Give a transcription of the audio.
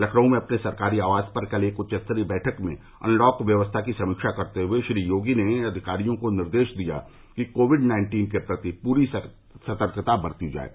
लखनऊ में अपने सरकारी आवास पर कल एक उच्चस्तरीय बैठक में अनलॉक व्यवस्था की समीक्षा करते हए श्री योगी ने अधिकारियों को निर्देश दिया कि कोविड नाइन्टीन के प्रति पूरी सतर्कता बरती जाये